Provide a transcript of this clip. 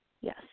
yes